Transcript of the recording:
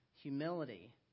humility